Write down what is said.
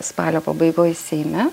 spalio pabaigoj seime